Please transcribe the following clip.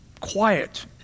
quiet